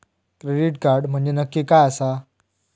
Credit card म्हंजे नक्की काय आसा?